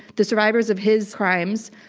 the survivors of his crimes,